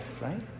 right